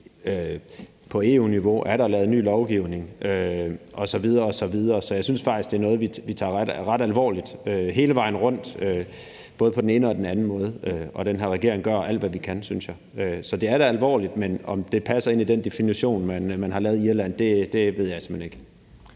på EU-niveau er der lavet ny lovgivning osv. osv. Så jeg synes faktisk, det er noget, vi tager ret alvorligt hele vejen rundt, både på den ene og den anden måde, og den her regering gør alt, hvad vi kan, synes jeg. Så det er da alvorligt, men om det passer ind i den definition, man har lavet i Irland, ved jeg simpelt hen ikke.